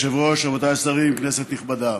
אדוני היושב-ראש, רבותיי השרים, כנסת נכבדה,